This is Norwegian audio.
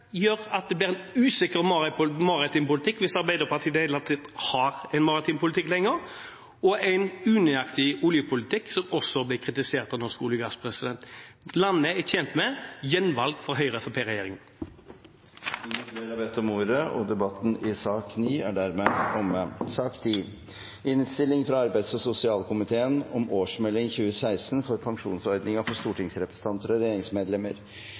gjør at det blir en usikker maritim politikk – hvis Arbeiderpartiet i det hele tatt har en maritim politikk lenger – og en unøyaktig oljepolitikk, som også ble kritisert av Norsk olje og gass. Landet er tjent med gjenvalg av Høyre–Fremskrittsparti-regjeringen. Flere har ikke bedt om ordet til sak nr. 9. Ingen har bedt om ordet. Ingen har bedt om ordet. Det virker som om